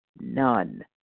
none